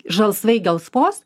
žalsvai gelsvos